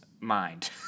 mind